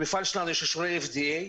למפעל שלנו יש אישורי FDA,